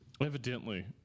Evidently